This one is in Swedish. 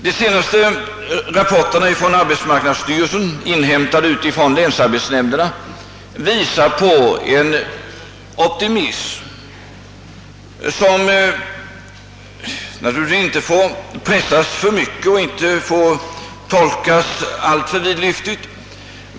De senaste rapporterna från arbetsmarknadsstyrelsen, inhämtade från länsarbetsnämnderna, visade på en optimism som naturligtvis inte får pressas för mycket eller tolkas alltför vidlyftigt.